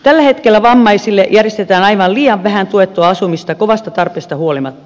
tällä hetkellä vammaisille järjestetään aivan liian vähän tuettua asumista kovasta tarpeesta huolimatta